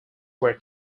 were